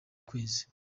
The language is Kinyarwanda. kwezi